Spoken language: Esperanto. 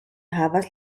havas